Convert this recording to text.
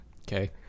Okay